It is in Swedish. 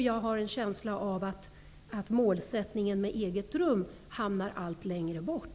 Jag har en känsla av att målsättningen att ge alla eget rum hamnar allt längre bort.